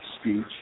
speech